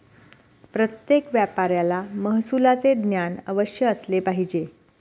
प्रत्येक व्यापाऱ्याला महसुलाचे ज्ञान अवश्य असले पाहिजे